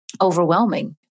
overwhelming